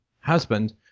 husband